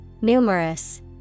Numerous